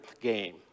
game